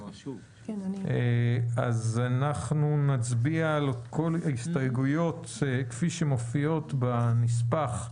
אנחנו נצביע על כל ההסתייגויות כפי שמופיעות בנספח,